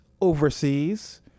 overseas